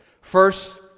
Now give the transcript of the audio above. First